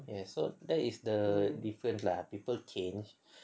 ya so that is the different lah people change